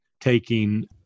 taking